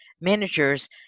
managers